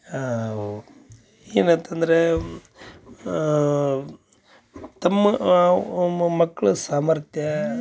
ಆವು ಏನಾತು ಅಂದರೆ ತಮ್ಮ ಒಮ್ಮೆ ಮಕ್ಳ ಸಾಮರ್ಥ್ಯ